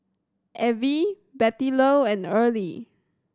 Avie Bettylou and Early